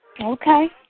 Okay